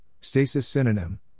Stasis-Synonym